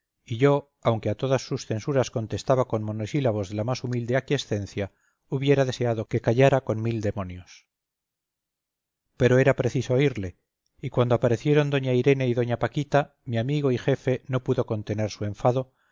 y yo aunque a todas sus censuras contestaba con monosílabos de la más humilde aquiescencia hubiera deseado que callara con mil demonios pero era preciso oírle y cuando aparecieron doña irene y doña paquita mi amigo y jefe no pudo contener su enfado